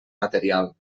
material